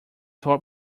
top